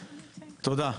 תודה,